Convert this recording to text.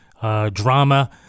drama